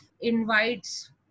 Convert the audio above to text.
invites